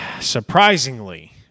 surprisingly